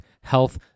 health